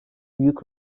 büyük